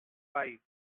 five